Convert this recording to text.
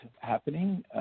happening